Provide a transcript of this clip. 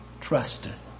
trusteth